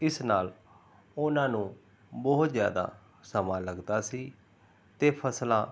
ਇਸ ਨਾਲ ਉਹਨਾਂ ਨੂੰ ਬਹੁਤ ਜ਼ਿਆਦਾ ਸਮਾਂ ਲੱਗਦਾ ਸੀ ਅਤੇ ਫਸਲਾਂ